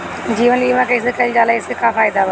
जीवन बीमा कैसे कईल जाला एसे का फायदा बा?